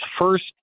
first